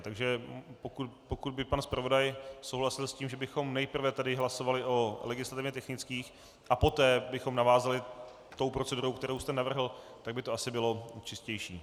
Takže pokud by pan zpravodaj souhlasil s tím, že bychom nejprve hlasovali o legislativně technických a poté bychom navázali procedurou, kterou jste navrhl, tak by to asi bylo čistější.